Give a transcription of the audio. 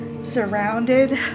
surrounded